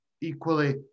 Equally